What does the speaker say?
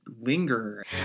linger